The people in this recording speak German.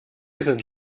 sind